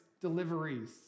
deliveries